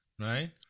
right